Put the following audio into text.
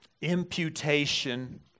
imputation